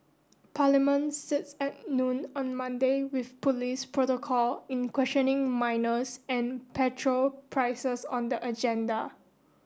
parliament sits at noon on Monday with police protocol in questioning minors and petrol prices on the agenda